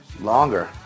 longer